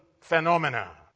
phenomena